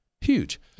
Huge